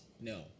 No